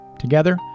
Together